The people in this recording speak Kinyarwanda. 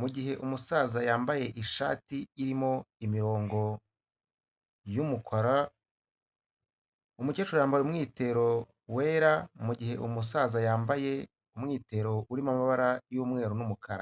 mu gihe umusaza yambaye ishati irimo imirongo y'umukara, umukecuru yambaye umwitero wera mu gihe umusaza yambaye umwitero urimo amabara y'umweru n'umukara.